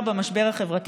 גברתי